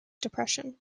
depression